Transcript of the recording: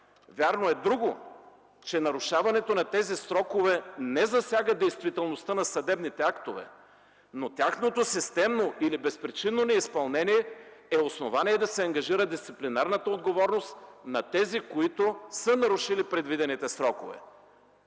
Вярно е, че нарушаването на тези срокове не засяга действителността на съдебните актове, но тяхното системно или безпричинно неизпълнение е основание да се ангажира дисциплинарната отговорност на тези, които са нарушили предвидените срокове.